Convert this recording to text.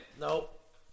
Nope